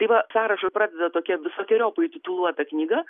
tai va sąrašą pradeda tokia visokeriopai tituluota knyga